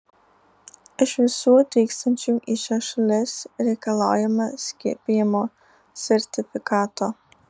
iš visų atvykstančių į šias šalis reikalaujama skiepijimo sertifikato